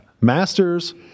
masters